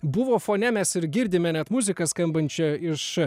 buvo fone mes ir girdime net muziką skambančią iš